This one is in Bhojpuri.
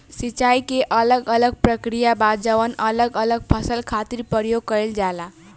सिंचाई के अलग अलग प्रक्रिया बा जवन अलग अलग फसल खातिर प्रयोग कईल जाला